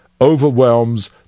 overwhelms